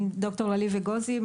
אני דוקטור לליב אגוזי,